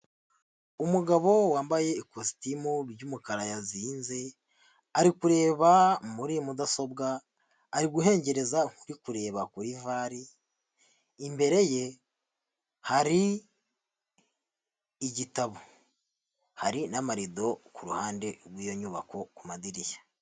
Umugabo wambaye ikositimu ry'umukara yazinze, ari kureba muri mudasobwa ari guhengereza nk'uri kureba kuri VAR, imbere ye hari igitabo, hari n'amarido ku ruhande rw'iyo nyubako ku madirishya.